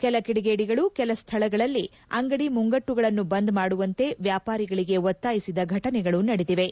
ಕೆಲ ಕಿಡಿಗೇಡಿಗಳು ಕೆಲ ಸ್ವಳಗಳಲ್ಲಿ ಅಂಗಡಿ ಮುಂಗಟ್ಟುಗಳನ್ನು ಬಂದ್ ಮಾಡುವಂತೆ ವ್ಲಾಪಾರಿಗಳಿಗೆ ಒತ್ತಾಯಿಸಿದ ಫಟನೆಗಳು ನಡೆದಿವೆ